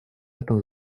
этом